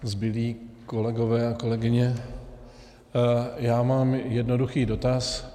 Zbylí kolegové a kolegyně, já mám jednoduchý dotaz.